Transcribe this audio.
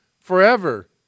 forever